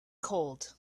cold